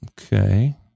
Okay